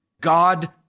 God